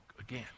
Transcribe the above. again